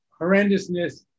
horrendousness